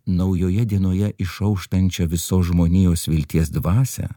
naujoje dienoje išauštančią visos žmonijos vilties dvasią